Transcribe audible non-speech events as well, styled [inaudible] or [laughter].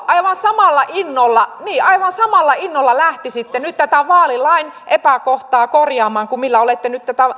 [unintelligible] aivan samalla innolla aivan samalla innolla lähtisitte nyt tätä vaalilain epäkohtaa korjaamaan kuin millä olette nyt